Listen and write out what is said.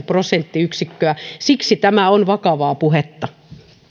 prosenttiyksikköä siksi tämä on vakavaa puhetta